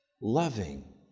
loving